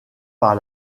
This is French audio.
par